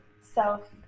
self